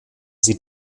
sie